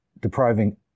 depriving